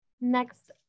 Next